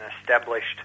established